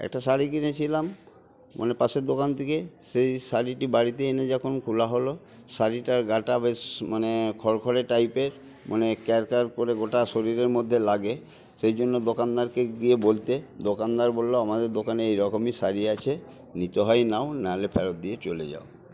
একটা শাড়ি কিনেছিলাম মানে পাশের দোকান থেকে সেই শাড়িটি বাড়িতে এনে যখন খোলা হলো শাড়িটার গাটা বেশ মানে খরখরে টাইপের মানে ক্যাড় ক্যাড় করে গোটা শরীরের মধ্যে লাগে সেই জন্য দোকানদারকে গিয়ে বলতে দোকানদার বললো আমাদের দোকানে এইরকমই শাড়ি আছে নিতে হয় নাও না হলে ফেরত দিয়ে চলে যাও